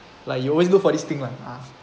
like you always look for this thing lah